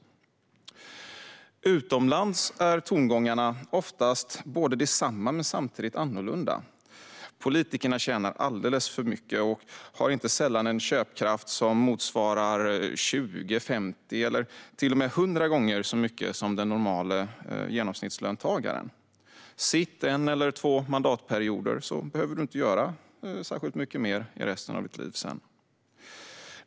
Några ändringar i riksdagsordningen Utomlands är tongångarna oftast desamma men samtidigt annorlunda. Politikerna tjänar alldeles för mycket och har inte sällan en köpkraft som motsvarar 20, 50 eller till och med 100 gånger så mycket som den normala genomsnittslöntagaren. Sitter man en eller två mandatperioder behöver man inte göra mycket mer under resten av livet.